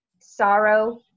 sorrow